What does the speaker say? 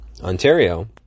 Ontario